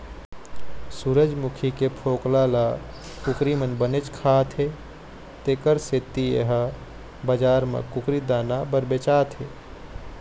सूरजमूखी के फोकला ल कुकरी मन बनेच खाथे तेखर सेती ए ह बजार म कुकरी दाना बर बेचाथे